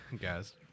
guys